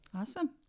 Awesome